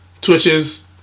Twitches